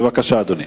בבקשה, אדוני.